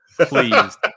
please